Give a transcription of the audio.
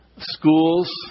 schools